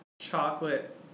chocolate